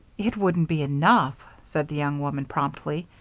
it wouldn't be enough, said the young woman, promptly.